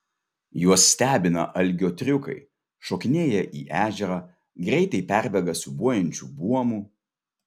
juos stebina algio triukai šokinėja į ežerą greitai perbėga siūbuojančiu buomu